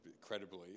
credibly